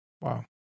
Wow